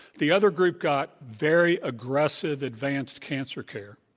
the other group got very aggressive, advanced cancer care.